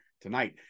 tonight